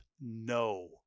no